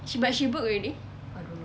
but she book already